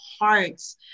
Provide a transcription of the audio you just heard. hearts